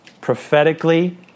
prophetically